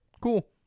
cool